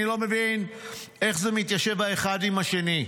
אני לא מבין איך זה מתיישב אחד עם השני.